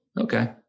okay